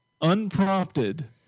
Unprompted